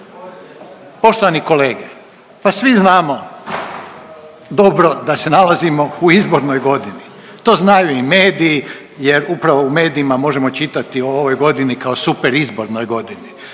Poštovani kolege, pa svi znamo dobro da se nalazimo u izbornoj godini, to znaju i mediji jer upravo u medijima možemo čitati o ovoj godini kao super izbornoj godini,